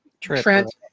Trent